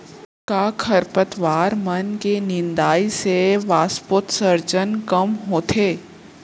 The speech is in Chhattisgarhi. का खरपतवार मन के निंदाई से वाष्पोत्सर्जन कम होथे?